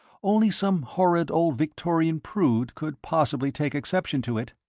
only some horrid old victorian prude could possibly take exception to it.